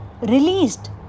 released